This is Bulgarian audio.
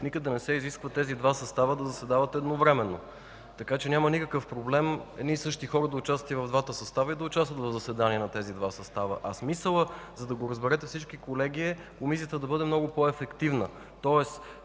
никъде не се изисква тези два състава да заседават едновременно. Няма никакъв проблем едни и същи хора да участват в двата състава и да участват в заседания на тези два състава. Смисълът, за да го разберете всички колеги, е Комисията да бъде много по-ефективна.